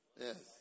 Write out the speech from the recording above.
Yes